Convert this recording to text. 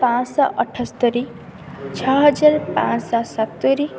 ପାଞ୍ଚଶହ ଅଠସ୍ତରି ଛଅ ହଜାର ପାଞ୍ଚଶହ ସତୁରି